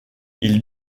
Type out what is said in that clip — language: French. ils